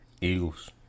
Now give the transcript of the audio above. Eagles